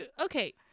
Okay